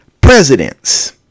presidents